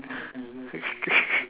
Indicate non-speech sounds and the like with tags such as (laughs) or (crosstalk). (laughs)